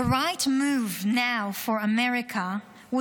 "The right move now for America would